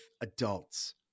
adults